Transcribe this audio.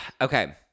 Okay